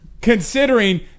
considering